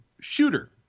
Shooter